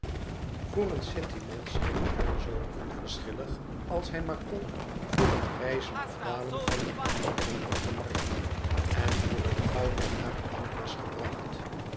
voor een cityman scheen john zoo onverschillig als hij maar kon voor het rijzen of dalen van de artikelen op de markt en voor het goud dat naar de bank was gebracht